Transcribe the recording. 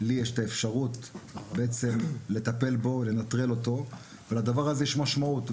לי נשמרת האפשרות לטפל בו ולנטרל אותו ולדבר הזה יש משמעות.